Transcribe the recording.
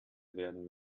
werden